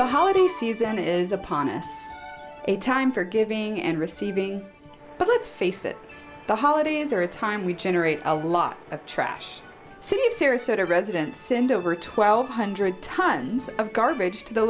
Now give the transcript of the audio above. the how the season is upon us a time for giving and receiving but let's face it the holidays are a time we generate a lot of trash so you sarasota residents send over twelve hundred tons of garbage t